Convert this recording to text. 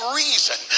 reason